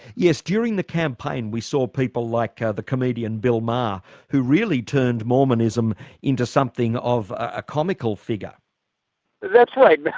yes, during the campaign we saw people like ah the comedian bill maher who really turned mormonism into something of a comical figure that's right.